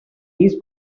least